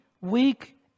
Weak